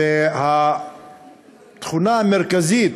התכונה המרכזית